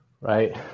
right